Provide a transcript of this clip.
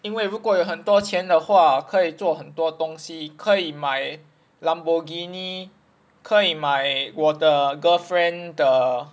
因为如果有很多钱的话可以做很多东西可以买 lamborghini 可以买我的 girlfriend 的